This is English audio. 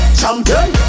champion